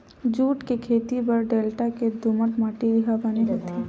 jute के खेती बर डेल्टा के दुमट माटी ह बने होथे